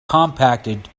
compacted